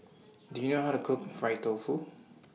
Do YOU know How to Cook Fried Tofu